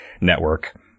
network